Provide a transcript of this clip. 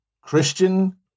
Christian